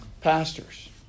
Pastors